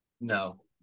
No